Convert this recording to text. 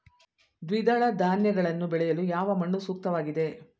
ದ್ವಿದಳ ಧಾನ್ಯಗಳನ್ನು ಬೆಳೆಯಲು ಯಾವ ಮಣ್ಣು ಸೂಕ್ತವಾಗಿದೆ?